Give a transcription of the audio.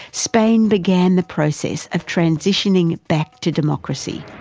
spain began the process of transitioning back to democracy.